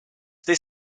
this